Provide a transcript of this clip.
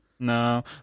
No